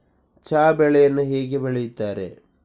ಚಹಾ ಬೆಳೆಯನ್ನು ಹೇಗೆ ಬೆಳೆಯುತ್ತಾರೆ?